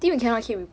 shush